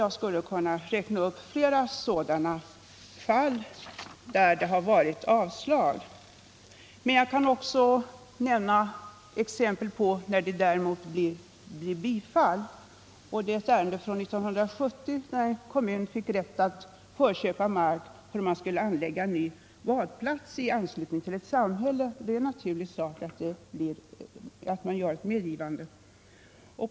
Jag skulle kunna räkna upp flera liknande fall då ansökan om tillstånd avslagits. Jag kan också ge några exempel på fall där ansökan har bifallits. I ett ärende år 1970 fick en kommun rätt att förköpa mark för anläggning av en ny badanläggning i anslutning till ett samhälle. I ett sådant fall är det naturligt att det beviljas tillstånd.